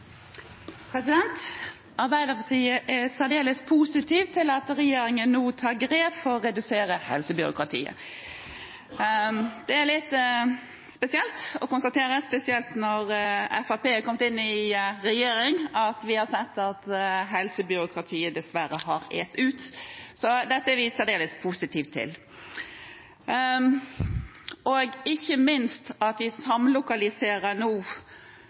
kraft. Arbeiderpartiet er særdeles positiv til at regjeringen nå tar grep for å redusere helsebyråkratiet. Det er litt spesielt å konstatere, spesielt når Fremskrittspartiet er kommet inn i regjering, at vi har sett at helsebyråkratiet dessverre har est ut. Så dette er vi særdeles positive til – ikke minst til at vi nå samlokaliserer